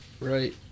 Right